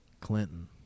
Clinton